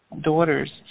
daughters